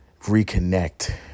reconnect